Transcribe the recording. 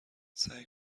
سعی